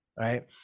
right